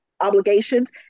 obligations